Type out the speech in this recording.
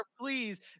Please